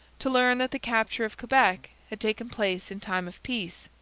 to learn that the capture of quebec had taken place in time of peace.